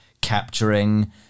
capturing